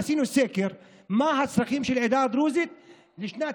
עשינו סקר מה הצרכים של העדה הדרוזית עד לשנת